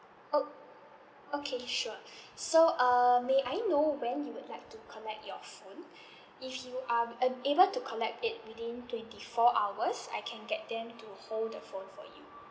oh okay sure so err may I know when you would like to collect your phone if you are ab~ able to collect it within twenty four hours I can get them to hold the phone for you